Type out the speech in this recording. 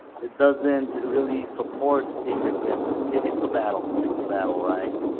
doesn't really support immigrants, it's a battle. it's a battle right?